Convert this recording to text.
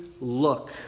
look